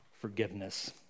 forgiveness